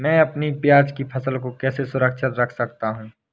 मैं अपनी प्याज की फसल को कैसे सुरक्षित रख सकता हूँ?